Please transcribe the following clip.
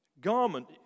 garment